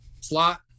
slot